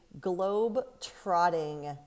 globe-trotting